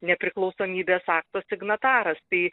nepriklausomybės akto signataras tai